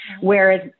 whereas